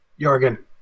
Jorgen